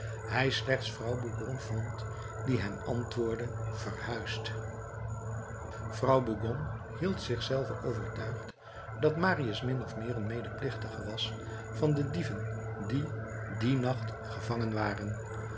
hij slechts vrouw bougon vond die hem antwoordde verhuisd vrouw bougon hield zich zelve overtuigd dat marius min of meer een medeplichtige was van de dieven die dien nacht gevangen waren